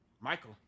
Michael